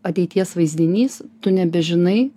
ateities vaizdinys tu nebežinai